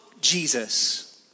Jesus